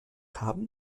haben